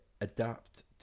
adapt